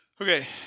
Okay